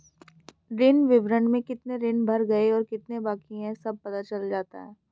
ऋण विवरण में कितने ऋण भर गए और कितने बाकि है सब पता चल जाता है